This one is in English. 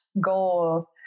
goal